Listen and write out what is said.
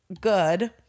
good